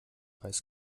weiß